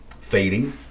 fading